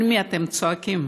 על מי אתם צועקים?